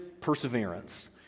perseverance